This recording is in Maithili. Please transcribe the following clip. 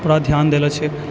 पूरा धियान देलऽ छिए